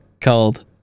Cold